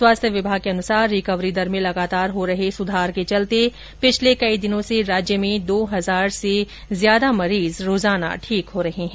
स्वास्थ्य विभाग के अनुसार रिकवरी दर में लगातार हो रहे सुधार के चलते पिछले कई दिनों से राज्य में दो हजार से मरीज रोजाना ठीक हो रहे हैं